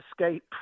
escape